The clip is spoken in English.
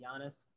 Giannis